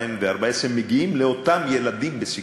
2014 מגיעים לאותם ילדים בסיכון,